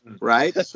Right